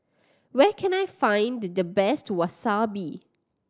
where can I find the the best Wasabi